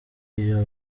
iyo